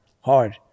hard